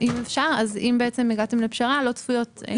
אם בעצם הגעתם לפשרה אז לא צפויות תביעות נוספות.